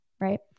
right